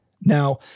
Now